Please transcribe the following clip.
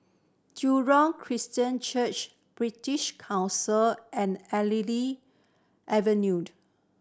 Jurong Christian Church British Council and Artillery Avenue